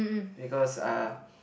because uh